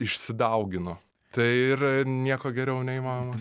išsidaugino tai ir ir nieko geriau neįmanoma